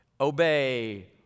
obey